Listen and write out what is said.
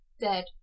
dead